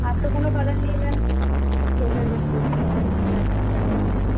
আর তো কোনো কালার নেই ম্যাম শেষ হয়ে গেছে সব কালার আপনাকে দেখালাম যা যা ছিলো